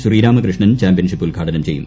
Sreeramakrishnan championship ഉദ്ഘാടനം ചെയ്യും